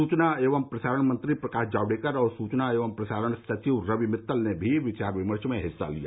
सूचना एवं प्रसारण मंत्री प्रकाश जावड़ेकर और सूचना एवं प्रसारण सचिव रवि मित्तल ने भी विचार विमर्श में हिस्सा लिया